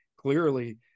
clearly